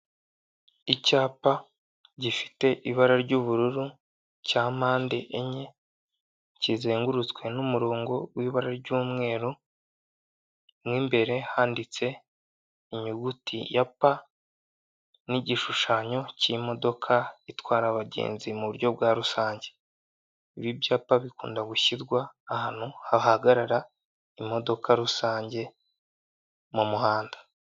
Icyapa gifite ibara ry'ubururu cya mpande enye kizengurutswe n'umurongo w'ibara ry'umweru mo imbere handitse inyuguti ya pa n'igishushanyo cy'imodoka itwara abagenzi mu buryo bwa rusange, ibi byapa bikunda gushyirwa ahantu hahagarara imodoka rusange mu muhanda.